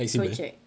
project